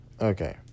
Okay